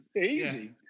Easy